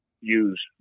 use